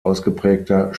ausgeprägter